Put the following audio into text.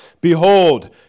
Behold